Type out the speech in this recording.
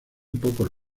pocos